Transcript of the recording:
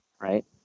right